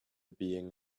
being